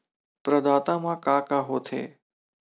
प्रदाता मा का का हो थे?